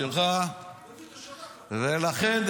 לכן,